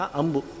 ambu